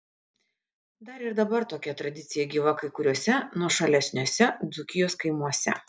dar ir dabar tokia tradicija gyva kai kuriuose nuošalesniuose dzūkijos kaimuose